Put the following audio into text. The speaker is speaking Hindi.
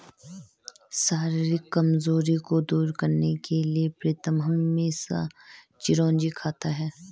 शारीरिक कमजोरी को दूर करने के लिए प्रीतम हमेशा चिरौंजी खाता है